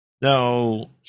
No